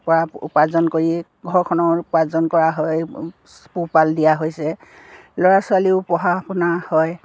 পৰা উপাৰ্জন কৰি ঘৰখনৰ উপাৰ্জন কৰা হয় পোহপাল দিয়া হৈছে ল'ৰা ছোৱালীও পঢ়া শুনা হয়